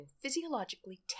physiologically